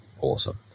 awesome